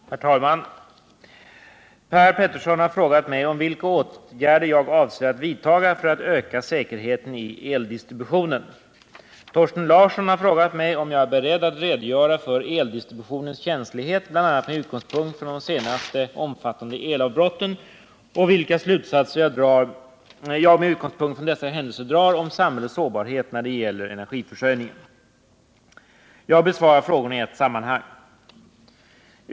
130, dels Per Peterssons den 15 januari anmälda fråga, 1978/79:275, och anförde: Herr talman! Per Petersson har frågat mig vilka åtgärder jag avser att vidtaga för att öka säkerheten i eldistributionen. Thorsten Larsson har frågat mig om jag är beredd att redogöra för eldistributionens känslighet bl.a. med utgångspunkt i de senaste omfattande 113 elavbrotten och vilka slutsatser jag med utgångspunkt i dessa händelser drar om samhällets sårbarhet när det gäller energiförsörjningen. Jag besvarar frågorna i ett sammanhang.